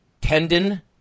tendon